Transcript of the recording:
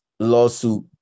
lawsuit